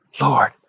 Lord